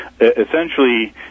essentially